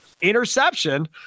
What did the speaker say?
interception